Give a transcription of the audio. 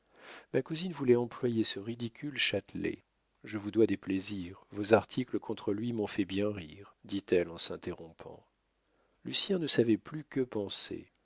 ma cousine voulait employer ce ridicule châtelet je vous dois des plaisirs vos articles contre lui m'ont fait bien rire dit-elle en s'interrompant lucien ne savait plus que penser